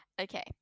Okay